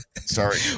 Sorry